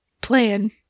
playing